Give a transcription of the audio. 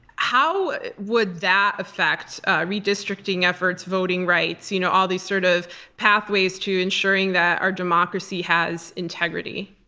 how would that affect redistricting efforts, voting rights, you know all these sort of pathways to ensuring that our democracy has integrity.